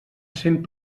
cent